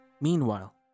Meanwhile